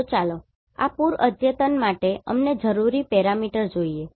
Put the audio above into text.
તો ચાલો આ પૂર અધ્યયન માટે અમને જરૂરી પેરામીટર જોઈએ